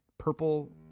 purple